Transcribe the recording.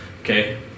Okay